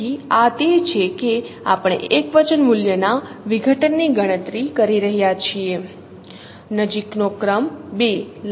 તેથી આ તે છે કે આપણે એકવચન મૂલ્યના વિઘટનની ગણતરી કરી રહ્યા છીએ